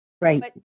Right